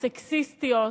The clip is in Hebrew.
סקסיסטיות